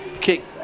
kick